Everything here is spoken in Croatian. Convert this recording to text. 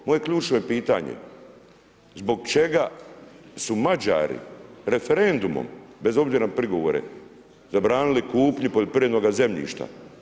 Moje ključno pitanje je, zbog čega su Mađari referendum, bez obzira na prigovore, zabranili kupnju poljoprivrednog zemljišta?